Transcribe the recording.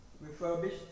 refurbished